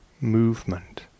movement